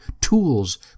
tools